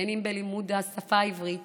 בין אם בלימוד השפה העברית